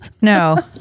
No